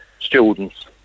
students